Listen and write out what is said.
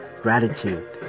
Gratitude